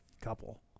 couple